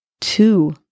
two